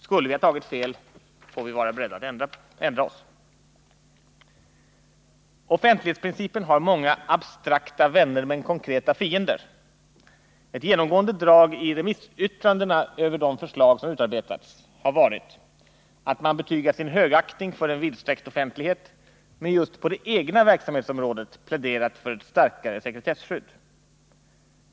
Skulle vi ha tagit fel, får vi vara beredda att ändra oss. Offentlighetsprincipen har många abstrakta vänner men konkreta fiender. Ett genomgående drag i remissyttrandena över de förslag som utarbetats har varit att man betygat sin högaktning för en vidsträckt offentlighet men just på det egna verksamhetsområdet pläderat för ett starkare sekretesskydd.